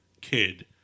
kid